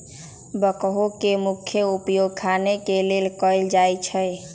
backhoe के मुख्य उपयोग खने के लेल कयल जाइ छइ